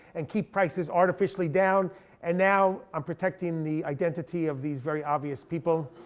and keep prices artificially down and now. i'm protecting the identity of these very obvious people.